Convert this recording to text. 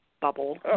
Bubble